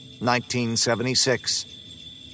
1976